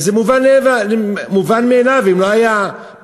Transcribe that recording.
וזה מובן מאליו אם לא היה פיגוע.